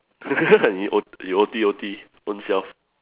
you ot~ O T O T own self